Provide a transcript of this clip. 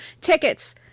tickets